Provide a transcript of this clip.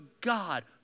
God